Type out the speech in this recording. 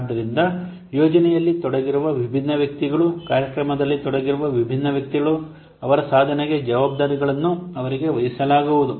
ಆದ್ದರಿಂದ ಯೋಜನೆಯಲ್ಲಿ ತೊಡಗಿರುವ ವಿಭಿನ್ನ ವ್ಯಕ್ತಿಗಳು ಕಾರ್ಯಕ್ರಮದಲ್ಲಿ ತೊಡಗಿರುವ ವಿಭಿನ್ನ ವ್ಯಕ್ತಿಗಳು ಅವರ ಸಾಧನೆಗೆ ಜವಾಬ್ದಾರಿಗಳನ್ನು ಅವರಿಗೆ ವಹಿಸಲಾಗುವುದು